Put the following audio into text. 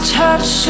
touch